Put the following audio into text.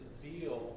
zeal